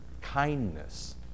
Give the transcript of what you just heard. kindness